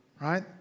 right